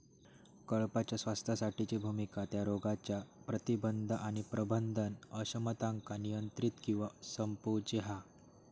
कळपाच्या स्वास्थ्यासाठीची भुमिका त्या रोगांच्या प्रतिबंध आणि प्रबंधन अक्षमतांका नियंत्रित किंवा संपवूची हा